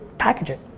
package it.